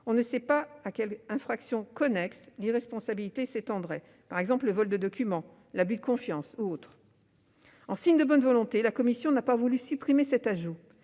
On ne sait pas bien à quelles infractions connexes l'irresponsabilité s'étendrait : vol de documents, abus de confiance ? En signe de bonne volonté, la commission n'a pas voulu supprimer cet ajout,